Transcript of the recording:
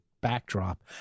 backdrop